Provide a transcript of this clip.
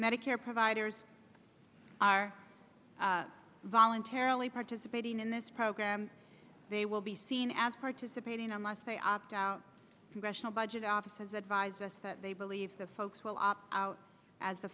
medicare providers are voluntarily participating in this program they will be seen as participating i must say opt out congressional budget office has advised us that they believe that folks will opt out as the